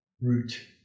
root